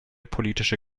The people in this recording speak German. politische